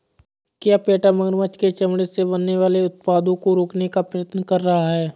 क्या पेटा मगरमच्छ के चमड़े से बनने वाले उत्पादों को रोकने का प्रयत्न कर रहा है?